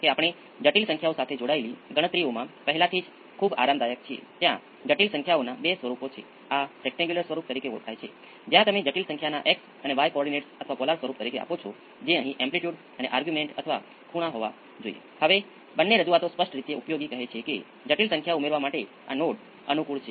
તેવી જ રીતે જો આને બદલે 20 ઓહમ હોય તો તે કેવા પ્રકારની સિસ્ટમ હશે તો Q બરાબર અડધો હશે અને ક્રીટિકલી ડેમ્પ્ડ હશે